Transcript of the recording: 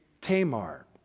Tamar